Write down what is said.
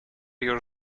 your